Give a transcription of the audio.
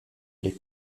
les